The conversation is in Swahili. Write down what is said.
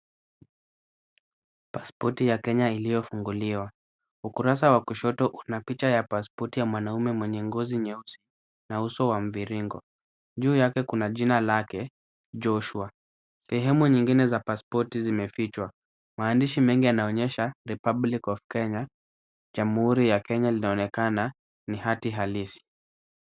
Pasipoti ya Kenya iliyofunguliwa. Ukurasa wa kushoto una picha ya pasipoti ya mwanaume mwenye ngozi nyeusi na uso wa mviringo. Juu yake kuna jina lake Joshua. Sehemu nyingine za pasipoti zimefichwa. Maandishi mengi yanaonyesha Republic of Kenya Jamhuri ya Kenya linaonekana ni hati halisi.